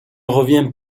revient